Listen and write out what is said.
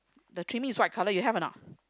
the trimming is white colour you have or not